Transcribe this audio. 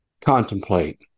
contemplate